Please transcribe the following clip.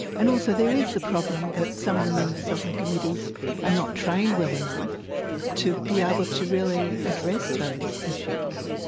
and also there is the problem that some of the members of the committees are not trained well enough to be able to really address those issues.